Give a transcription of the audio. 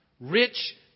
Rich